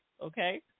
Okay